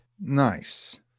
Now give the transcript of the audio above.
Nice